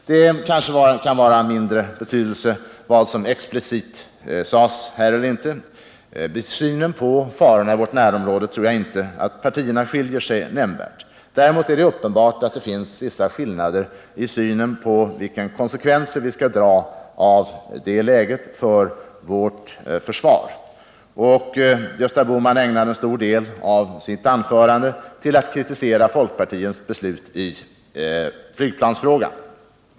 Vad som explicit har sagts här kan kanske vara av mindre betydelse. Beträffande synen på farorna i vårt närområde tror jag inte att partierna skiljer sig nämnvärt. Däremot finns det uppenbarligen vissa skillnader i synen på vilka konsekvenser som skall dras av det läget för vårt försvar. Gösta Bohman ägnade en stor del av sitt anförande åt att kritisera folkpartiets beslut i flygplansfrågan.